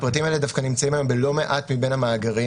הפרטים האלה דווקא נמצאים היום בלא מעט מבין המאגרים.